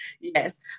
yes